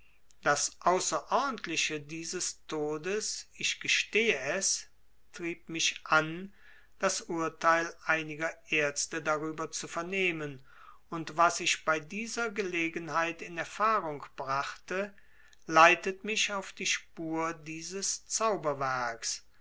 das außerordentliche dieses todes ich gestehe es trieb mich an das urteil einiger ärzte darüber zu vernehmen und was ich bei dieser gelegenheit in erfahrung brachte leitet mich auf die spur dieses zauberwerks